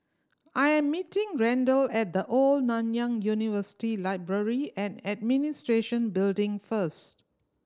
I'm meeting Randle at The Old Nanyang University Library and Administration Building first